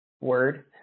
word